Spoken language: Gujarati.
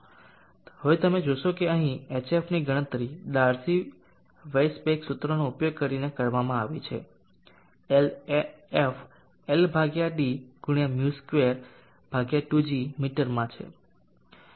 હવે તમે જોશો કે અહીં hf ની ગણતરી ડાર્સી વેઇસબેક સૂત્રનો ઉપયોગ કરીને કરવામાં આવી છે f Ld×μ22g મીટરમાં છે